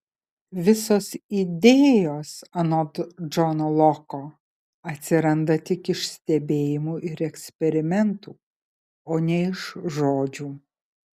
visos idėjos anot džono loko atsiranda tik iš stebėjimų ir eksperimentų o ne iš žodžių